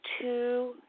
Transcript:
two